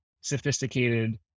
sophisticated